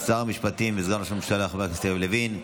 המשפטים וסגן ראש הממשלה חבר הכנסת יריב לוין.